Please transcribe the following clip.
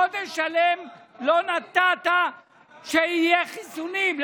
חודש שלם לא נתת שיהיו חיסונים.